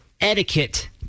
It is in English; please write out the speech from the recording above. etiquette